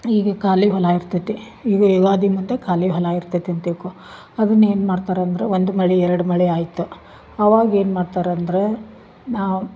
ಈಗ ಖಾಲಿ ಹೊಲ ಇರ್ತೈತೆ ಈಗ ಯುಗಾದಿ ಮತ್ತು ಕಾಲಿ ಹೊಲ ಇರ್ತೈತೆಂತ ತಿಕ್ಕೋ ಅದನ್ನ ಏನು ಮಾಡ್ತಾರೆ ಅಂದ್ರೆ ಒಂದು ಮಳೆ ಎರಡು ಮಳೆ ಆಯಿತು ಅವಾಗ ಏನು ಮಾಡ್ತಾರೆ ಅಂದರೆ ನಾವು